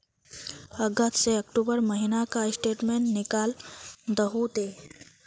अगस्त से अक्टूबर महीना का स्टेटमेंट निकाल दहु ते?